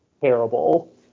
Terrible